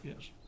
Yes